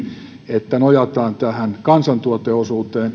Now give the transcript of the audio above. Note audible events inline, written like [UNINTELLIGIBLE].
että nojataan kansantuoteosuuteen [UNINTELLIGIBLE]